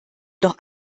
noch